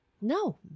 No